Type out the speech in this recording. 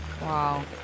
Wow